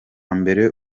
mbere